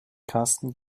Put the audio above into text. karsten